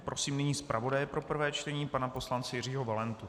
Prosím nyní zpravodaje pro prvé čtení pana poslance Jiřího Valentu.